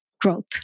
growth